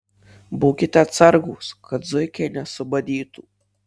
būkite atsargūs kad zuikiai nesubadytų